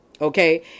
okay